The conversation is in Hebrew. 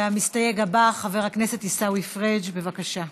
המסתייג הבא, חבר הכנסת עיסאווי פריג', בבקשה.